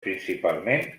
principalment